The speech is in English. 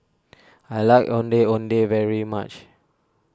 I like Ondeh Ondeh very much